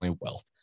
wealth